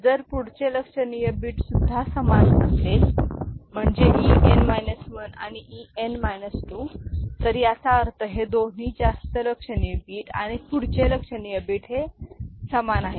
जर पुढचे लक्षणीय बीट सुद्धा समान असतील म्हणजे E n 1 आणि E n 2 तर याचा अर्थ हे दोन्ही जास्त लक्षणीय बीट आणि पुढचे लक्षणीय बीट हे समान आहेत